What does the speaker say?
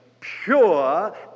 pure